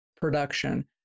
production